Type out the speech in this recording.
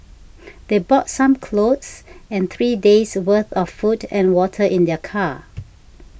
they brought some clothes and three days' worth of food and water in their car